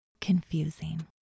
Confusing